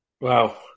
Wow